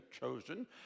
chosen